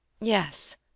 Yes